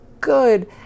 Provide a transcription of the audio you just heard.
good